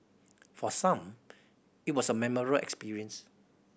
for some it was a memorable experience